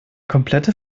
komplette